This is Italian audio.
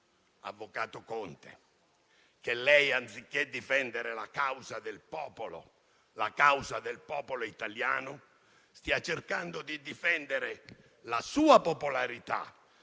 avvocato Conte, che anziché difendere la causa del popolo italiano, lei stia cercando di difendere la sua popolarità,